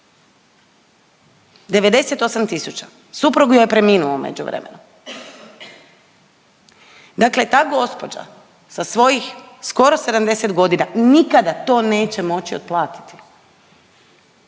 tisuća. Suprug joj je preminuo u međuvremenu. Dakle ta gospođa sa svojih skoro 70 godina nikada to neće moći otplatiti.